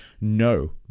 no